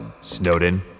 Snowden